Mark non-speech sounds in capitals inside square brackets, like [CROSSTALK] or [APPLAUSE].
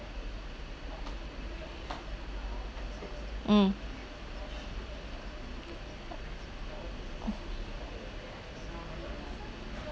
mm [NOISE]